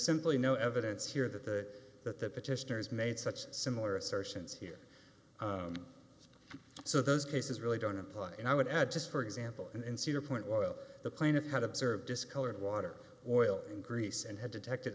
simply no evidence here that the that the petitioners made such similar assertions here so those cases really don't apply and i would add just for example in cedar point while the plaintiff had observed discolored water oil and grease and had detected